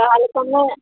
ତା'ହେଲେ ତମେ